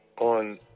on